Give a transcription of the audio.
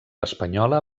espanyola